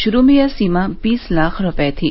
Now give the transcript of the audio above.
शुरू में यह सीमा बीस लाख रुपए थी